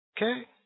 Okay